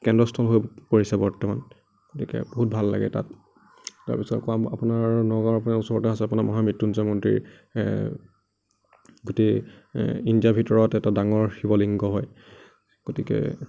কেন্দ্ৰস্থল হৈ পৰিছে বৰ্তমান গতিকে বহুত ভাল লাগে তাত তাৰ পিছত আকৌ আপোনাৰ নগাঁৱৰ এইপিনে ওচৰতে আছে আপোনাৰ মহামৃত্যুঞ্জয় মন্দিৰ গোটেই ইণ্ডিয়াৰ ভিতৰত এটা ডাঙৰ শিৱলিংগ হয় গতিকে